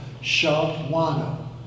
Shawano